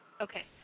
Okay